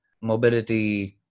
mobility